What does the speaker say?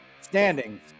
standings